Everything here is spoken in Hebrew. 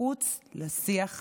מחוץ לשיח הפוליטי.